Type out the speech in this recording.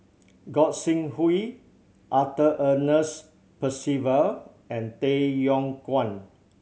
Gog Sing Hooi Arthur Ernest Percival and Tay Yong Kwang